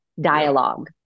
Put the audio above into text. dialogue